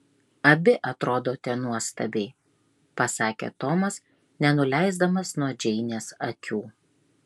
abi atrodote nuostabiai pasakė tomas nenuleisdamas nuo džeinės akių